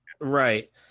right